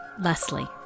Leslie